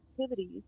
activities